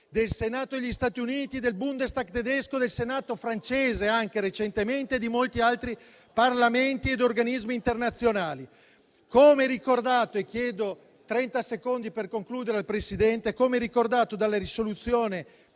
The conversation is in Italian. del Senato degli Stati Uniti, del Bundestag tedesco, del Senato francese e di molti altri parlamenti ed organismi internazionali. Come ricordato - chiedo trenta secondi per concludere, Presidente - dalla risoluzione